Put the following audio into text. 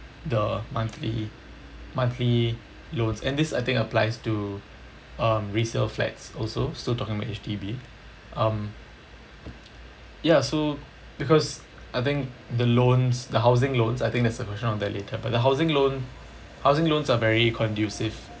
the monthly monthly loans and this I think applies to um resale flats also still talking about H_D_B um ya so because I think the loans the housing loans I think there's a question on that later but the housing loan housing loans are very conducive